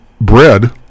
bread